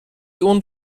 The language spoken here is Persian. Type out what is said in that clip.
اون